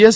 S